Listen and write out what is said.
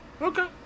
Okay